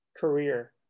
career